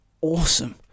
awesome